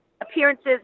appearances